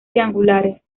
triangulares